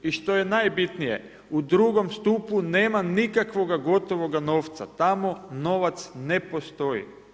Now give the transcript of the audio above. I što je najbitnije, u 2. stupu nema nikakvoga gotovoga novca, tamo novac ne postoji.